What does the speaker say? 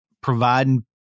providing